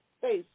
face